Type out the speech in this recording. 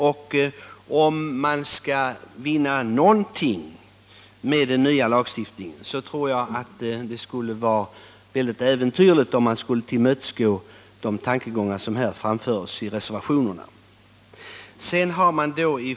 Om man skall vinna någonting med den nya lagstiftningen vore det äventyrligt att tillmötesgå de tankegångar som framförs i reservationerna.